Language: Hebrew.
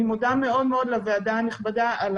אני מודה מאוד מאוד לוועדה הנכבדה על